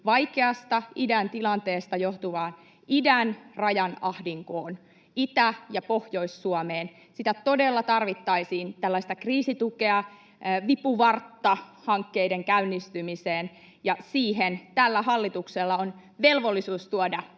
vaikeasta idän tilanteesta johtuvaan idän rajan ahdinkoon, Itä- ja Pohjois-Suomeen. Sitä todella tarvittaisiin, tällaista kriisitukea, vipuvartta hankkeiden käynnistymiseen, ja siihen tällä hallituksella on velvollisuus tuoda